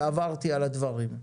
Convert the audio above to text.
ועברתי על הדברים,